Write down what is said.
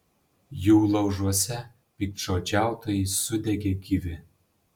jų laužuose piktžodžiautojai sudegė gyvi